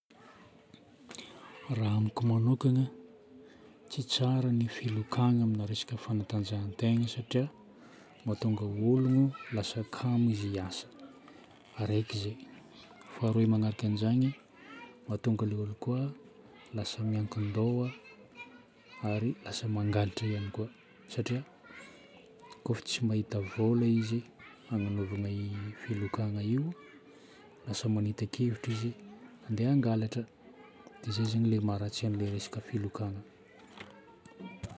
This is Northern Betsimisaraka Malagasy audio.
Raha amiko manokagna, tsy tsara ny filokagna amin'ny resaka fanatanjahan-tegna satria mahatonga ologno lasa kamo izy hiasa. Raiky zay. Faharoa magnaraka an'izany, mahatonga ilay olo koa lasa miankin-doha ary lasa mangalatra ihany koa. Satria kôfa tsy mahita vola izy agnanovana io filokagna io, lasa manita-kevitra izy handeha hangalatra. Dia zay zagny ilay maharatsy an'ilay resaka filokagna.